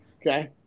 Okay